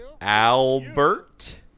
Albert